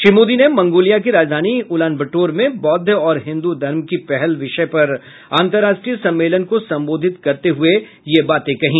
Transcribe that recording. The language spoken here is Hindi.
श्री मोदी ने मंगोलिया की राजधानी उलानबटोर में बौद्ध और हिंदू धर्म की पहल विषय पर अंतरराष्ट्रीय सम्मेलन को संबोधित करते हुये ये बात कही